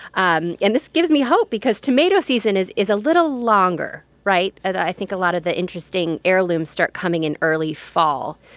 um and this gives me hope because tomato season is is a little longer, right? i think a lot of the interesting heirlooms start coming in early fall,